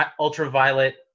ultraviolet